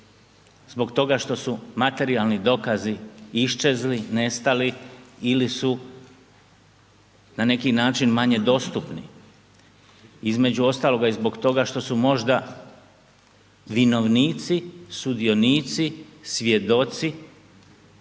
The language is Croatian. zbog toga što su materijalni dokazi iščezli, nestali ili su na neki način manje dostupni, između ostaloga i zbog toga što su možda vinovnici, sudionici, svjedoci